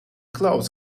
clouds